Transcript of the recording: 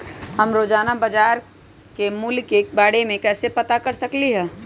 हम रोजाना बाजार के मूल्य के के बारे में कैसे पता कर सकली ह?